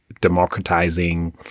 democratizing